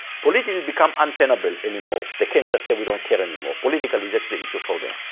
politically, it become untenable anymore. they can't just say we don't care anymore. politically, that's the issue for them,